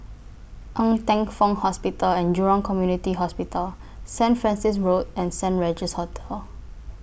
Ng Teng Fong Hospital and Jurong Community Hospital Saint Francis Road and Saint Regis Hotel